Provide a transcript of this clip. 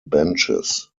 benches